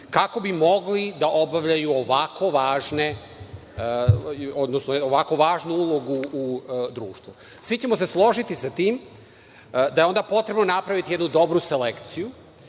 kako bi mogli da obavljaju ovako važnu ulogu u društvu. Svi ćemo se složiti sa tim da je onda potrebno napraviti jednu dobru selekciju,